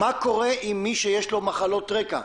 מה קורה עם מי שיש לו מחלות רקע?